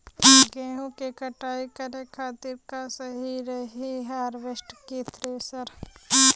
गेहूँ के कटाई करे खातिर का सही रही हार्वेस्टर की थ्रेशर?